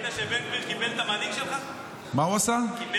מה אתה אומר על המנהיג שלך?